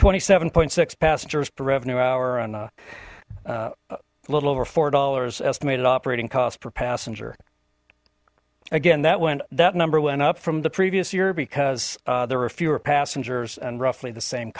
twenty seven point six passengers per revenue hour and uh a little over four dollars estimated operating costs per passenger again that went that number went up from the previous year because there were fewer passengers and roughly the same